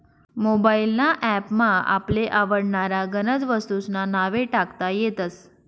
mobile ना app मा आपले आवडनारा गनज वस्तूंस्ना नावे टाकता येतस